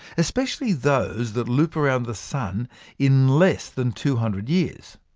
especially those that loop around the sun in less than two hundred years.